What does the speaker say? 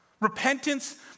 Repentance